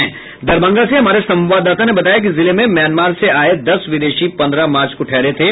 दरभंगा से हमारे संवाददाता ने बताया कि जिले में म्यांमार से आये दस विदेशी पन्द्रह मार्च को ठहरे थे